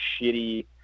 shitty